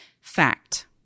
Fact